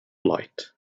light